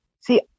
see